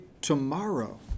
tomorrow